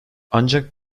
ancak